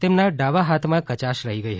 તેમના ડાબા હાથમાં કચાશ રહી ગઈ